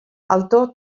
alto